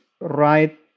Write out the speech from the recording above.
right